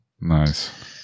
Nice